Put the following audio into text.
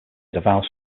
davao